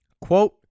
Quote